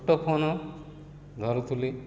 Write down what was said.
ଛୋଟ ଫୋନ ଧରୁଥିଲି